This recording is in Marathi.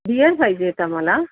बियर पाहिजे आहेत आम्हाला